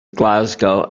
glasgow